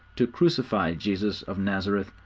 to crucify jesus of nazareth,